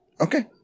Okay